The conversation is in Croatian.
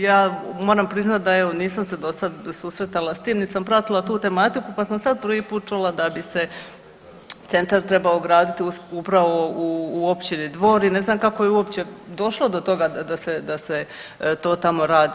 Ja moram priznat da evo nisam se dosad susretala s tim, nit sam pratila tu tematiku, pa sam sad prvi put čula da bi se centar trebao graditi upravo u općini Dvor i ne znam kako je uopće došlo do toga da se, da se to tamo radi.